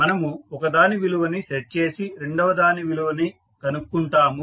మనము ఒక దాని విలువని సెట్ చేసి రెండవ దాని విలువని కనుక్కుంటాము